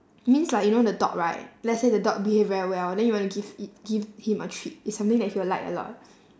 means like you know the dog right let's say the dog behave very well then you wanna give it give him a treat it's something that he would like a lot